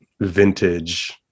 vintage